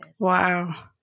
Wow